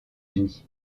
unis